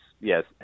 yes